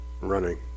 running